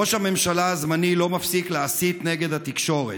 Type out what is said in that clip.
ראש הממשלה הזמני לא מפסיק להסית נגד התקשורת.